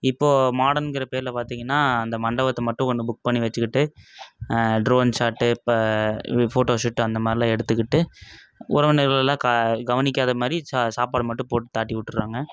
இப்போது மாடன்கிற பேரில் பார்த்தீங்கன்னா இந்த மண்டபத்தை மட்டும் ஒன்று புக் பண்ணி வச்சிக்கிட்டு ட்ரோவன் ஷாட்டு ஃபோட்டோ ஷூட்டு அந்த மாதிரிலாம் எடுத்துக்கிட்டு உறவினர்கள் எல்லாம் க கவனிக்காத மாதிரி சா சாப்பாடு மட்டும் போட்டு தாட்டி விட்டுட்றாங்க